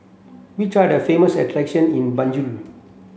which are the famous attractions in Banjul